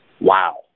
wow